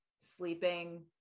sleeping